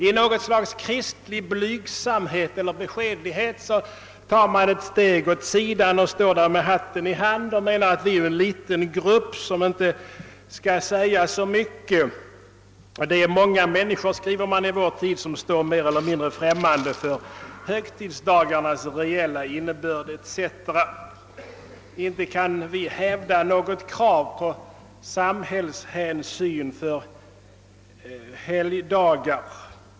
I något slags kristlig blygsamhet eller beskedlighet tar man ett steg åt sidan och står med hatten i hand och menar sig representera en liten grupp. »Många människor står mer eller mindre främmande för högtidsdagarnas reella innebörd»; inte kan vi hävda något krav på samhällshänsyn för helgdagar.